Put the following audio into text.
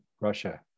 Russia